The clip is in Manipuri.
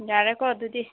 ꯌꯥꯔꯦꯀꯣ ꯑꯗꯨꯗꯤ